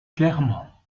clairement